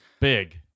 Big